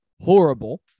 horrible